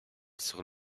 sur